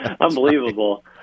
Unbelievable